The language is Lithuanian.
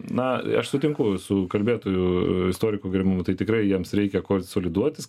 na aš sutinku su kalbėtoju istoriku gerbiamu tai tikrai jiems reikia konsoliduotis kaip mušti